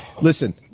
Listen